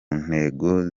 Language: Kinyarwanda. ntego